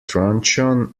truncheon